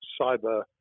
cyber